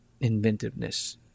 inventiveness